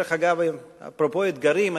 אפרופו אתגרים,